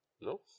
No